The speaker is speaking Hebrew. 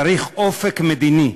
צריך אופק מדיני.